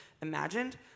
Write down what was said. imagined